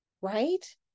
right